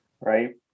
right